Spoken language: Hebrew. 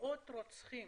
מאות רוצחים